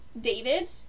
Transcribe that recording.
david